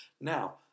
Now